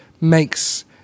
makes